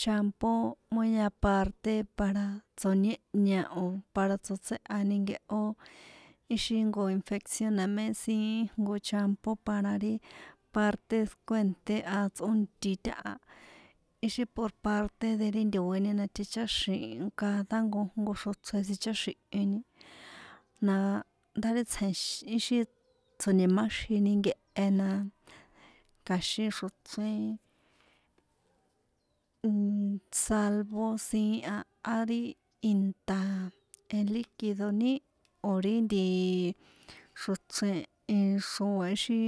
shampo muy aparte para tso̱niéhña o̱ para tsotséha ninkehó ixi jnko infeccionna namé siín jnko champo para ri parte kuènté a tsꞌónti taha ixi por parte de ri ntoe̱ni na ticháxi̱ cada jko xrochren tsicháxi̱hini na ndá ri tsje̱n ixi tsjo̱nimáxini nkehe na kja̱xin xrochren nnnn salvo siín a á ri inta en liquido ni? O̱ ri nti xrochren i xroa ixi.